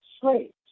slaves